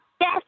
Yes